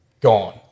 gone